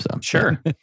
Sure